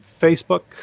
Facebook